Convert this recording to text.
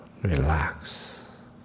Relax